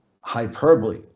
hyperbole